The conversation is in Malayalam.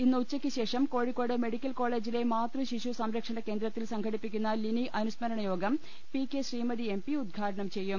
ഇന്നുച്ചക്കു ശേഷം കോഴിക്കോട് മെഡിക്കൽ കോളെജിലെ മാതൃശിശു സംരക്ഷണ് കേന്ദ്രത്തിൽ സംഘടിപ്പി ക്കുന്ന ലിനി അനുസ്മരണയോഗം P K Sreemathi M P ഉദ്ഘാ ടനം ചെയ്യും